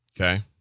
Okay